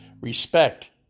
respect